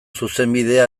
zuzenbidea